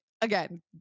again